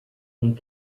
and